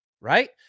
Right